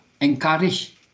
encourage